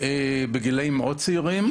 בגילאים מאוד צעירים,